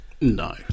No